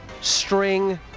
string